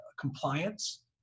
compliance